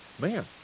man